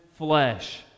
flesh